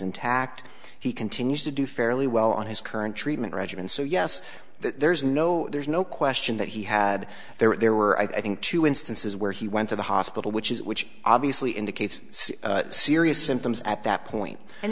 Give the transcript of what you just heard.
intact he continues to do fairly well on his current treatment regimen so yes there's no there's no question that he had there were i think two instances where he went to the hospital which is which obviously indicates serious symptoms at that point and